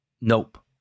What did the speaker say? Nope